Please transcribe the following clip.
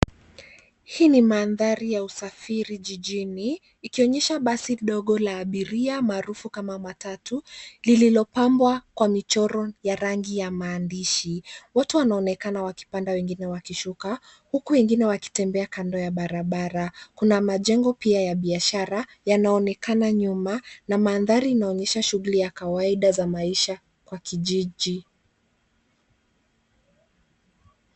Hii ni mandhari ya usafiri jijini, ikionyesha basi dogo la abiria maarufu kama matatu, lililopambwa kwa michoro ya rangi ya maandishi. Watu wanaonekana wakipanda wengine wakishuka, huku wengine wakitembea kando ya barabara. Kuna majengo pia ya biashara yanaonekana nyuma na mandhari inaonyesha shughuli ya kawaida za maisha kwa kijiji.